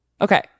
Okay